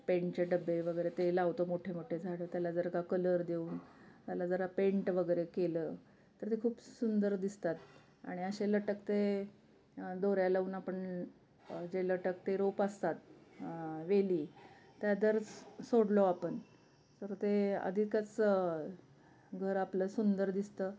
पेंटचे डब्बे वगैरे ते लावतो मोठे मोठे झाडं त्याला जर का कलर देऊन त्याला जरा पेंट वगैरे केलं तर ते खूप सुंदर दिसतात आणि असे लटकते दोऱ्या लावून आपण जे लटकते रोप असतात वेली त्या दर सोडलो आपण तर ते अधिकच घर आपलं सुंदर दिसतं